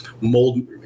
mold